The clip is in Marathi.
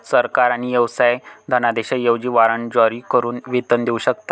सरकार आणि व्यवसाय धनादेशांऐवजी वॉरंट जारी करून वेतन देऊ शकतात